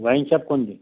wine shop कोणती